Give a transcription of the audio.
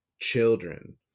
children